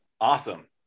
Awesome